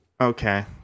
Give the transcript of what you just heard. okay